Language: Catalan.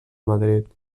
madrid